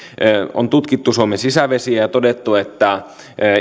on tutkittu suomen sisävesiä ja todettu että